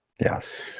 Yes